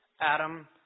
Adam